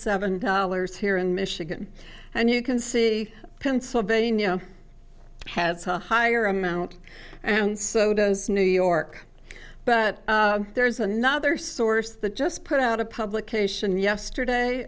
seven dollars here in michigan and you can see pennsylvania has a higher amount and so does new york but there's another source that just put out a publication yesterday